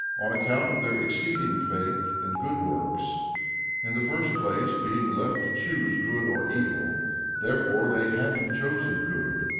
on account of their exceeding faith and good works in the first place being left to choose good or evil therefore they having chosen good,